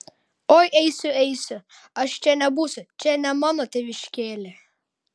oi eisiu eisiu aš čia nebūsiu čia ne mano tėviškėlė